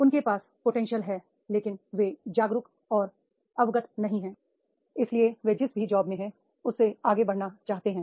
उनके पास पोटेंशियल है लेकिन वे जागरूक और अवगत नहीं हैं i इसलिए वे जिस भी जॉब में हैं उससे आगे बढ़ना चाहते हैं